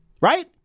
Right